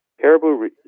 caribou